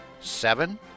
Seven